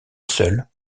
seule